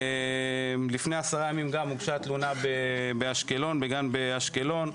לפני עשרה ימים הוגשה תלונה בגן באשקלון,